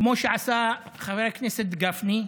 כמו שעשה חבר הכנסת גפני,